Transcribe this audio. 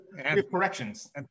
corrections